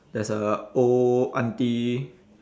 there's a old auntie